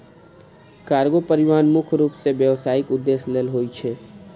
cargo परिवहन मुख्य रूप सं व्यावसायिक उद्देश्य लेल होइ छै